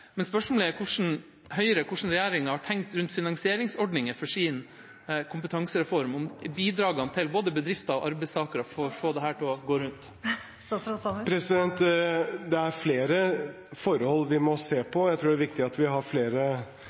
Men spørsmålet er hvordan Høyre og regjeringa har tenkt rundt finansieringsordninger for sin kompetansereform – om bidragene til både arbeidsgivere og arbeidstakere for å få dette til å gå rundt. Det er flere forhold vi må se på. Jeg tror det er viktig at vi har flere